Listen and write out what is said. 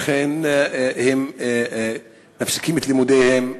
ולכן הן מפסיקות את לימודיהן.